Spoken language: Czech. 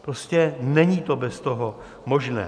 Prostě není to bez toho možné.